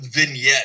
vignette